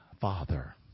Father